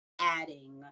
adding